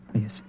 Yes